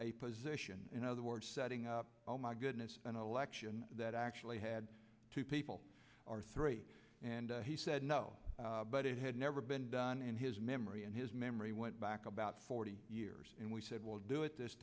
a position in other words setting up oh my goodness an election that actually had two people or three and he said no but it had never been done in his memory and his memory went back about forty years and we said we'll do it this